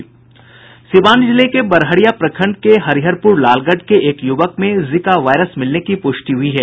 सीवान जिले के बड़हरिया प्रखंड के हरिहरपुर लालगढ़ के एक यूवक में जीका वायरस मिलने की पुष्टि हुई है